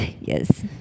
Yes